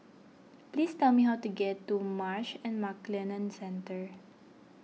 please tell me how to get to Marsh and McLennan Centre